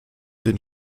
den